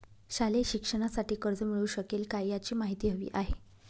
शालेय शिक्षणासाठी कर्ज मिळू शकेल काय? याची माहिती हवी आहे